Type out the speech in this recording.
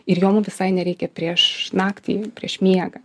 ir jo visai nereikia prieš naktį prieš miegą